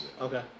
Okay